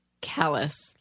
callous